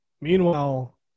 Meanwhile